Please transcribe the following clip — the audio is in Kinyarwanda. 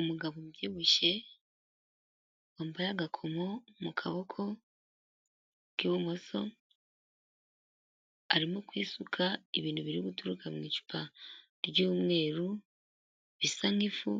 Umugabo ubyibushye wambaye agakomo mu kaboko k'ibumoso, arimo kwisuka ibintu biri guturuka mu icupa ry'umweru bisa nk'ifu,